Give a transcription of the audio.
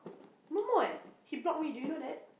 no more eh he block me do you know that